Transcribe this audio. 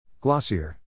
Glossier